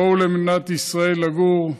בואו למדינת ישראל לגור,